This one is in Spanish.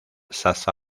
sasha